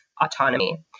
autonomy